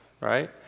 right